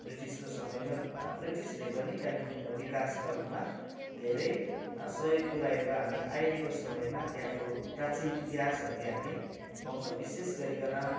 ब्रिटिसको समयमा ब्रिटिसले पनि कालिम्पोङलाई बिकास गर्नुमा धेरै सयोग पुराएको हामी अहिलेको समयमा त्यहाँको प्राचिन इतिहासहरूले हामी पाउछौँ विशेष गरीकन